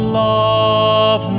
love